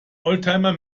oldtimer